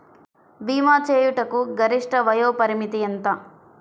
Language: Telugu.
భీమా చేయుటకు గరిష్ట వయోపరిమితి ఎంత?